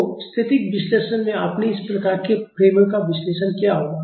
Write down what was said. तो स्थैतिक विश्लेषण में आपने इस प्रकार के फ़्रेमों का विश्लेषण किया होगा